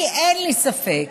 כי אין לי ספק